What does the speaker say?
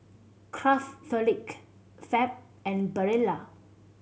Craftholic Fab and Barilla